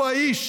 הוא האיש